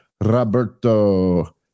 roberto